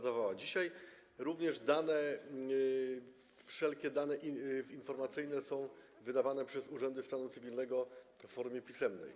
Dzisiaj również wszelkie dane informacyjne są wydawane przez urzędy stanu cywilnego w formie pisemnej.